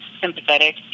sympathetic